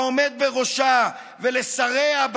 לעומד בראשה ולשריה,